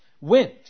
went